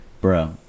bro